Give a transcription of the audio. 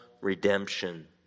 redemption